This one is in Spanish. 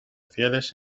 fieles